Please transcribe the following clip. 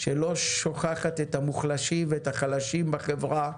שלא שוכחת את המוחלשים ואת החלשים בחברה,